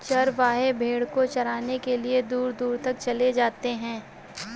चरवाहे भेड़ को चराने के लिए दूर दूर तक चले जाते हैं